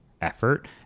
effort